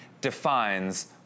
defines